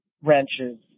wrenches